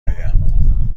آیم